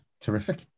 terrific